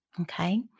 Okay